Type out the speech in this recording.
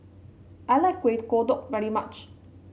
I like Kuih Kodok very much